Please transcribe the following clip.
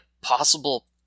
possible